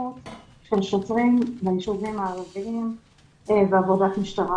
נוכחות של שוטרים בישובים הערביים ועבודת משטרה.